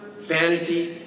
vanity